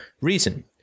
reason